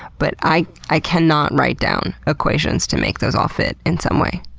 but i, i cannot write down equations to make those all fit in some way.